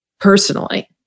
Personally